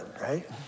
right